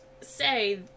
say